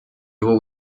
его